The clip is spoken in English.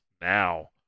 now